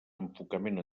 enfocament